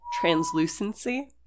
translucency